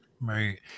Right